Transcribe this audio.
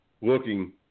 looking